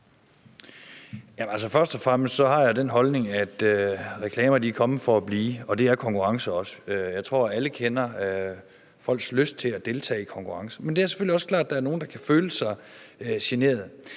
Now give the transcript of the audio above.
Først og fremmest har jeg den holdning, at reklamer er kommet for at blive, og det er konkurrencer også. Jeg tror, alle kender til folks lyst til at deltage i konkurrencer. Men det er selvfølgelig også klart, at der er nogle, der kan føle sig generet